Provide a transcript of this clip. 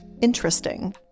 Interesting